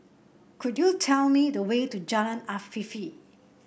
could you tell me the way to Jalan Afifi